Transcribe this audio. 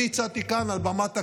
אני הצעתי כאן, על בימת הכנסת,